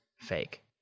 fake